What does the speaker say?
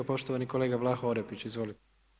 Poštovani kolega Vlaho Orepić, izvolite.